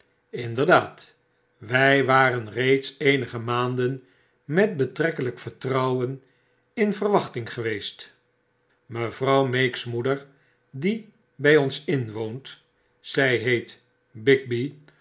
inaerdaad wy waren reeds eenige maanden met betrekkelyk vertrouwen in verwachting geweest mevrouw meek's raoeder die bij ons mwoont zij heet